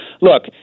look